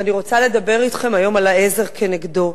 ואני רוצה לדבר אתכם היום על העזר כנגדו.